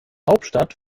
hauptstadt